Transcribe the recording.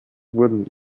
wurden